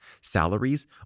salaries